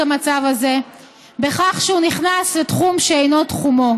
המצב הזה בכך שהוא נכנס לתחום שאיננו תחומו,